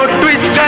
twist